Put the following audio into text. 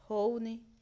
ହେଉନି